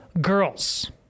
girls